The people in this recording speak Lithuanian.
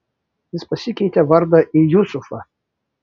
jis pasikeitė vardą į jusufą